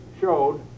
showed